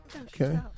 Okay